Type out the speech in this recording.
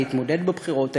להתמודד בבחירות האלה.